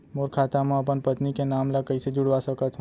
मोर खाता म अपन पत्नी के नाम ल कैसे जुड़वा सकत हो?